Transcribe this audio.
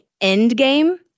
Endgame